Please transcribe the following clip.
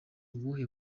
ubuhe